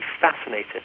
fascinated